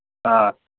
ꯑꯥ